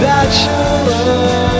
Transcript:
Bachelor